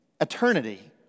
eternity